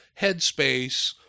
headspace